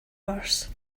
worse